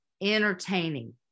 entertaining